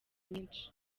nyinshi